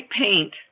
paint